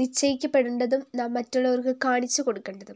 നിശ്ചയിക്കപ്പെടേണ്ടതും നാം മറ്റുള്ളവർക്ക് കാണിച്ചുകൊടുക്കേണ്ടതും